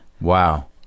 Wow